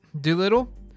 Doolittle